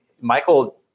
Michael